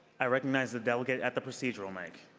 i recognize the delegate at the procedural mic.